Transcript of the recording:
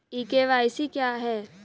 ई KYC क्या है?